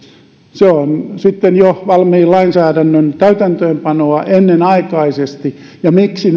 se on sitten jo valmiin lainsäädännön täytäntöönpanoa ennenaikaisesti ja miksi